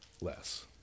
less